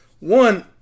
One